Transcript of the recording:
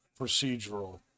procedural